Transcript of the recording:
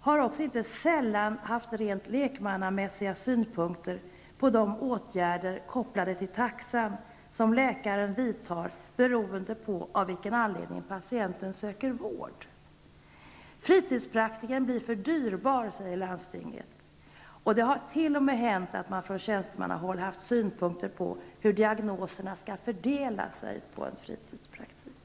har också inte sällan haft rent lekmannamässiga synpunkter på de åtgärder -- kopplade till taxan -- som läkaren vidtar beroende på av vilken anledning patienten söker vård. Fritidspraktikern blir för dyrbar, säger landstinget, och det har t.o.m. hänt att man från tjänstemannahåll haft synpunkter på hur diagnoserna skall fördela sig på en fritidspraktik.